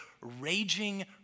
raging